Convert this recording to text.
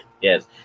Yes